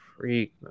Freak